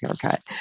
haircut